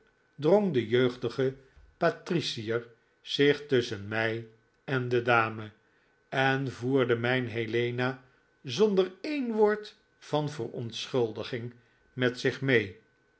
drong de jeugdige patricier zich tusschen mij en de dame en voerde mijn helena zonder een woord van verontschuldiging met zich mee